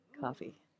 coffee